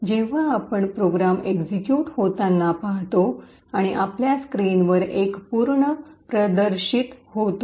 जेव्हा आपण program execute होताना पाहतो आणि आपल्या स्क्रीनवर एक "पूर्ण" प्रदर्शित होतो